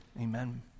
amen